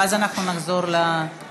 ואז אנחנו נחזור לפעם השלישית.